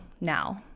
now